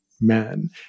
men